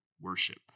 worship